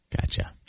Gotcha